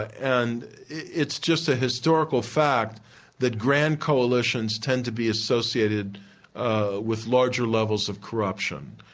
and it's just a historical fact that grand coalitions tend to be associated ah with larger levels of corruption,